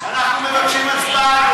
אנחנו מבקשים הצבעה.